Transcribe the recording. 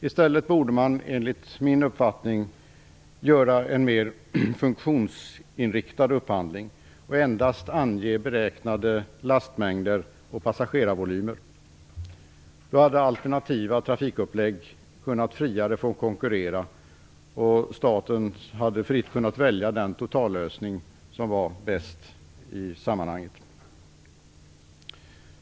I stället borde man, enligt min uppfattning, göra en mer funktionsinriktad upphandling och endast ange beräknade lastmängder och passagerarvolymer. Då hade alternativa trafikuppläggningar kunnat få konkurrera friare, och staten hade fritt kunnat välja den totallösning som var bäst i sammanhanget.